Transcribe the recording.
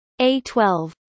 A12